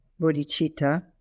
bodhicitta